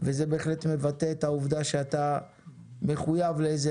וזה בהחלט מבטא את העובדה שאתה מחויב לאיזה